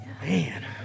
Man